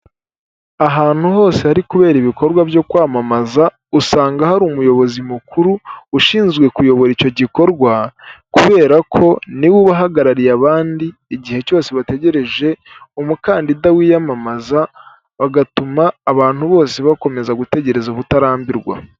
Ahantu hose hari kubera ibikorwa byo kwamamaza, usanga hari umuyobozi mukuru ushinzwe kuyobora icyo gikorwa, kubera ko ni we uba uhagarariye abandi igihe cyose bategereje umukandida wiyamamaza, bagatuma abantu bose bakomeza gutegereza ubutarambirwa.